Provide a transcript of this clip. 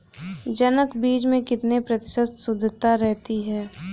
जनक बीज में कितने प्रतिशत शुद्धता रहती है?